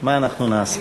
מה אנחנו נעשה.